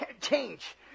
change